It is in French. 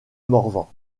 morvan